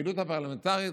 בפעילות הפרלמנטרית,